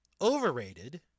overrated